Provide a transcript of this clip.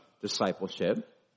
discipleship